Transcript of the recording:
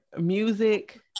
music